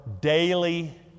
daily